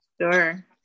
Sure